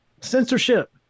censorship